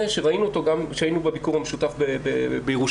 שראינו אותו גם כשהיינו בביקור המשותף בירושלים,